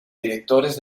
directores